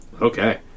Okay